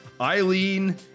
Eileen